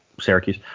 Syracuse